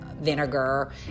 vinegar